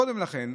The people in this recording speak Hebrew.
עוד קודם לכן,